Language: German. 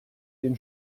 den